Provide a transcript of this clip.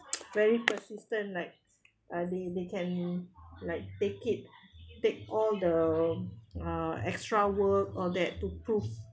very persistent like uh they they can like take it take all the uh extra all that to prove